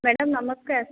madam ନମସ୍କାର